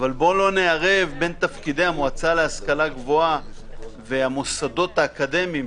אבל בואו לא נערב בין תפקידי המועצה להשכלה גבוהה והמוסדות האקדמיים,